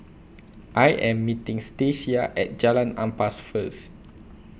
I Am meeting Stacia At Jalan Ampas First